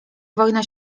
wojna